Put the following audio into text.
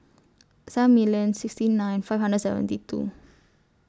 seven million sixty nine five hundred seventy two